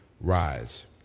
rise